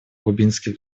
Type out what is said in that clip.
кубинских